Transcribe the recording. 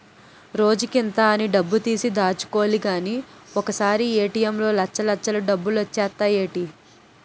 రోజుకింత అని డబ్బుతీసి దాచుకోలిగానీ ఒకసారీ ఏ.టి.ఎం లో లచ్చల్లచ్చలు డబ్బులొచ్చేత్తాయ్ ఏటీ?